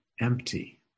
empty